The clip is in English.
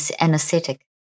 anesthetic